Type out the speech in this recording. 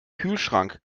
kühlschrank